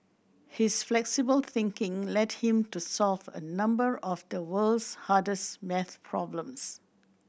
his flexible thinking led him to solve a number of the world's hardest maths problems